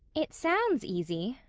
it sounds easy,